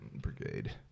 Brigade